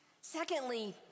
Secondly